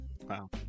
Wow